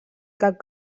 cap